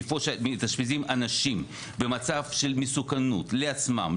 איפה שמתאשפזים אנשים במצב של מסוכנות לעצמם,